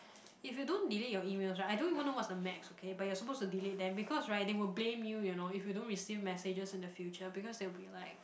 if you don't delete your emails right I don't even know what's the max okay but you are supposed to delete them because right they will blame you you know if you don't receive messages in the future because they will be like